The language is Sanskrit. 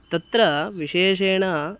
तत्र विशेषेण